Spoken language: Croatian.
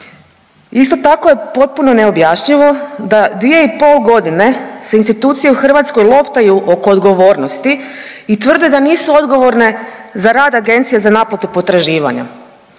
Isto tako je potpuno neobjašnjivo da 2,5 godine se institucije u Hrvatskoj loptaju oko odgovornosti i tvrde da nisu odgovorne za rad agencija za naplatu potraživanja.